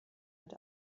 mit